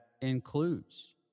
includes